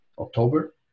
October